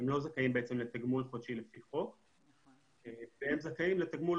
הם לא זכאים לתגמול חודשי לפי חוק והם זכאים לתגמול